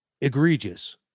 egregious